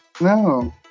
No